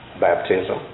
Baptism